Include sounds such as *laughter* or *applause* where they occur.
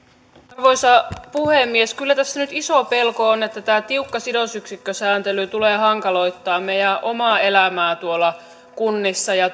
arvoisa puhemies kyllä tässä nyt iso pelko on että tämä tiukka sidosyksikkösääntely tulee hankaloittamaan meidän omaa elämäämme tuolla kunnissa ja *unintelligible*